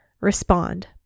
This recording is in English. Respond